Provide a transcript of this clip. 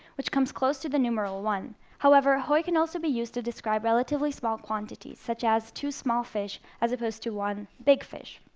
which comes close to the numeral one. however hoi can also be used to describe relatively small quantities, such as two small fish as opposed to one big fish.